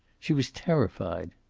she was terrified.